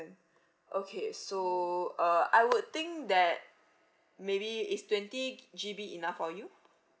okay so uh I would think that maybe is twenty G_B enough for you